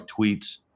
tweets